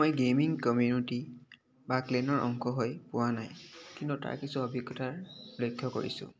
মই gaming community বা ক্লেনৰ অংশ হৈ পোৱা নাই কিন্তু তাৰ কিছু অভিজ্ঞতাৰ লক্ষ্য কৰিছোঁ